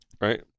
right